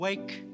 Wake